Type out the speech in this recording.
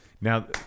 Now